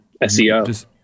SEO